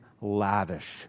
lavish